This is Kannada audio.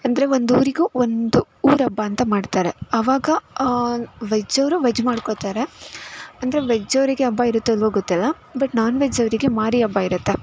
ಅಂದರೆ ಒಂದು ಊರಿಗೂ ಒಂದು ಊರ ಹಬ್ಬ ಅಂತ ಮಾಡ್ತಾರೆ ಅವಾಗ ವೆಜ್ ಅವರು ವೆಜ್ ಮಾಡ್ಕೋತಾರೆ ಅಂದರೆ ವೆಜ್ ಅವರಿಗೆ ಹಬ್ಬ ಇರುತ್ತೋ ಇಲ್ಲವೋ ಗೊತ್ತಿಲ್ಲ ಬಟ್ ನಾನ್ ವೆಜ್ ಅವರಿಗೆ ಮಾರಿ ಹಬ್ಬ ಇರುತ್ತೆ